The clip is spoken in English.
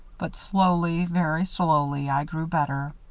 but slowly, very slowly i grew better.